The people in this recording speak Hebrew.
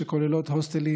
שכוללות הוסטלים,